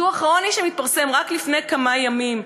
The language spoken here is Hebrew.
דוח העוני, שהתפרסם רק לפני כמה ימים,